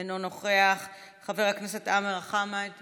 אינו נוכח, חבר הכנסת חמד עמאר,